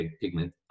pigment